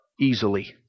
easily